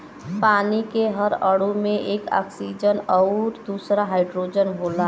पानी के हर अणु में एक ऑक्सीजन आउर दूसर हाईड्रोजन होला